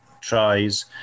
tries